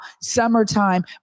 summertime